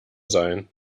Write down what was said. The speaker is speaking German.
sein